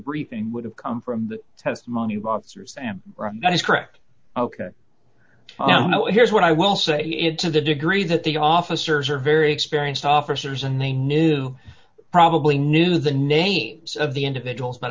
briefing would have come from the testimony of officers and that is correct ok well no here's what i will say it to the degree that the officers are very experienced officers and they knew probably knew the names of the individuals but